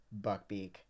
Buckbeak